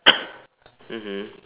mmhmm